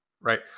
right